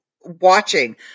watching